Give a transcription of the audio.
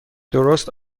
درست